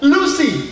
Lucy